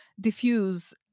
diffuse